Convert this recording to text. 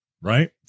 right